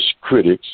critics